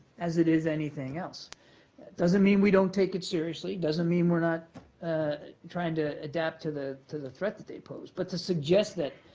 as it is anything else. that doesn't mean we don't take it seriously, doesn't mean we're not ah trying to adapt to the to the threat that they pose, but to suggest that